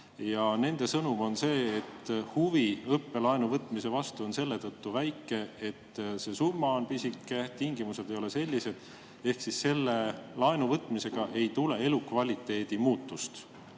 Nende sõnum on see, et huvi õppelaenu võtmise vastu on selle tõttu väike, et see summa on pisike, tingimused ei ole head. Ehk siis selle laenu võtmisega ei tule elukvaliteedi muutust.